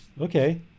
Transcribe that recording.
okay